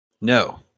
No